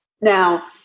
Now